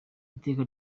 iteka